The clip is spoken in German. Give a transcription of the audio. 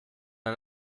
ein